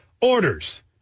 orders